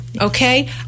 okay